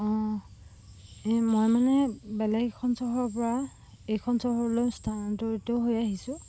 অঁ এই মই মানে বেলেগ এখন চহৰৰ পৰা এইখন চহৰলৈ স্থানান্তৰিত হৈ আহিছোঁ